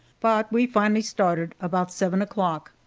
but we finally started, about seven o'clock,